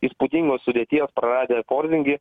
įspūdingos sudėties praradę porzingį